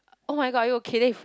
[oh]-my-god are you okay then he